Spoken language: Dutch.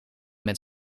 met